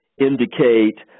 indicate